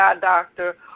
doctor